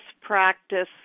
practice